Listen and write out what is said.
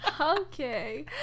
Okay